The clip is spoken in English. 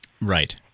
Right